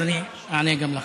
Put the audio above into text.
אז אני אענה גם לך.